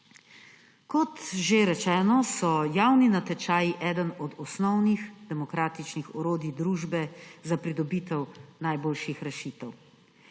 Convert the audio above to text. Kot že rečeno, so javni natečaji eden od osnovnih demokratičnih orožij družbe za pridobitev najboljših rešitev.